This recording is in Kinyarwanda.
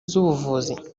z’ubuvuzi